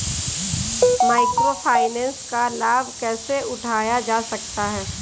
Micro finance का लाभ कैसे उठाया जा सकता है?